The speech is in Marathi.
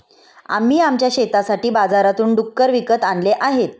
आम्ही आमच्या शेतासाठी बाजारातून डुक्कर विकत आणले आहेत